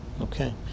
Okay